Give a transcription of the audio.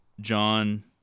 John